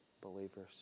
believers